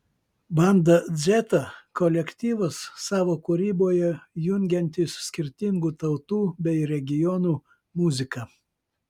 banda dzeta kolektyvas savo kūryboje jungiantis skirtingų tautų bei regionų muziką